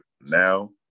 now